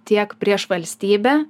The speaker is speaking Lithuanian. tiek prieš valstybę